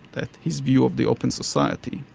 that his view of the open society,